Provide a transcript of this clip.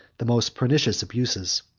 the most pernicious abuses.